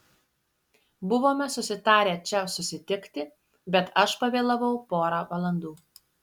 buvome susitarę čia susitikti bet aš pavėlavau pora valandų